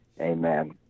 Amen